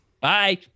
Bye